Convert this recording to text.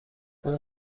اون